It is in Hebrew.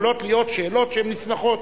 יכולות להיות שאלות שהן נסמכות.